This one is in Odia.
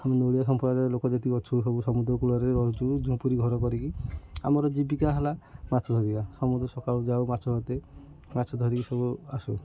ଆମେ ନୋଳିଆ ସମ୍ପ୍ରଦାୟ ଲୋକ ଯେତିକି ଅଛୁ ସବୁ ସମୁଦ୍ର କୂଳରେ ରହିଛୁ ଝୁମ୍ପୁରୀ ଘର କରିକି ଆମର ଜୀବିକା ହେଲା ମାଛ ଧରିବା ସମୁଦ୍ର ସକାଳୁ ଯାଉ ମାଛ ହାତ ମାଛ ଧରିକି ସବୁ ଆସୁ